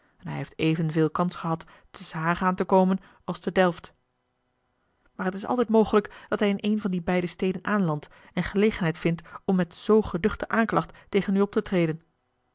hij heeft evenveel kans gehad te s hage aan te komen als te delft maar het is altijd mogelijk dat hij in eene van die beide steden aanlandt en gelegenheid vindt om met zoo geduchte aanklacht tegen u op te treden